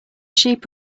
sheep